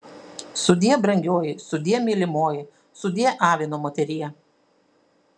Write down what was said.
sudie brangioji sudie mylimoji sudie avino moterie